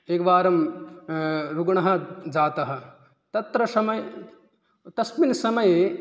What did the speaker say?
एकवारं रुग्णः जातः तत्र शम् तस्मिन् समये